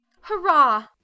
Hurrah